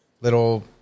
little